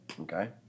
Okay